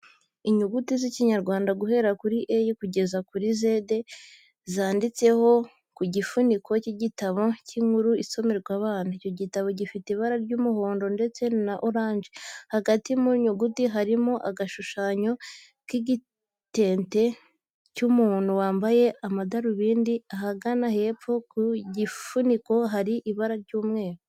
Inyuguti z'ikinyarwanda guhera kuri A kugeza kuri Z zanditse ku gifuniko cy'igitabo cy'inkuru isomerwa abana. Icyo gitabo gifite ibara ry'umuhondo ndetse na oranje. Hagati mu nyuguti harimo agashushanyo k'igitente cy'umuntu wambaye amadarubindi. Ahagana hepfo ku gifuniko hari ibara ry'umweru.